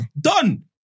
Done